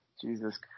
Jesus